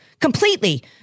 completely